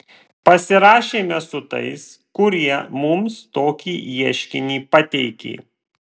pasirašėme su tais kurie mums tokį ieškinį pateikė